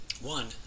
One